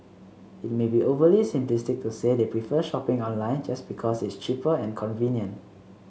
it may be overly simplistic to say they prefer shopping online just because it's cheaper and convenient